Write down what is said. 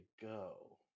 go